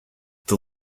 the